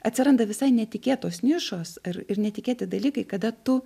atsiranda visai netikėtos nišos ir ir netikėti dalykai kada tu